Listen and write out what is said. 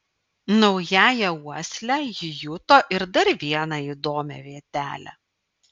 naująja uosle ji juto ir dar vieną įdomią vietelę